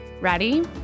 Ready